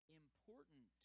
important